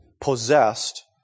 possessed